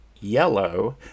yellow